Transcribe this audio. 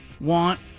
want